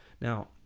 Now